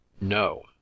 No